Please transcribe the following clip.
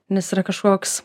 nes yra kažkoks